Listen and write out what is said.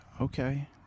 Okay